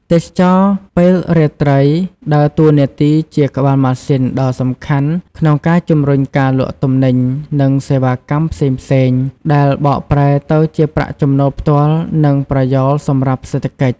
ទេសចរណ៍ពេលរាត្រីដើរតួនាទីជាក្បាលម៉ាស៊ីនដ៏សំខាន់ក្នុងការជំរុញការលក់ទំនិញ និងសេវាកម្មផ្សេងៗ ដែលបកប្រែទៅជាប្រាក់ចំណូលផ្ទាល់ និងប្រយោលសម្រាប់សេដ្ឋកិច្ច។